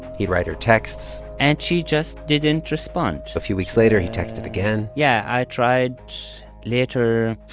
he'd write her texts and she just didn't respond a few weeks later, he texted again yeah, i tried later,